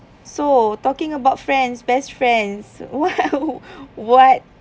so talking about friends best friends !wow! what